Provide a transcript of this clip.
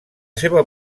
seva